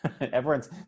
everyone's